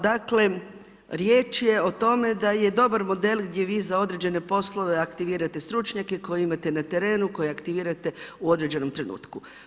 Dakle riječ je o tome da je dobar model gdje vi za određene poslove aktivirate stručnjake koje imate na terenu, koje aktivirate u određenom trenutku.